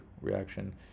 reaction